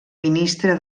ministre